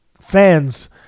fans